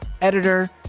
editor